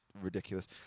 ridiculous